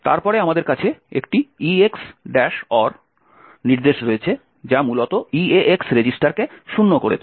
তারপরে আমাদের কাছে একটি EX OR নির্দেশ রয়েছে যা মূলত EAX রেজিস্টারকে শূন্য করে তোলে